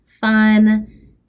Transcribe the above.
fun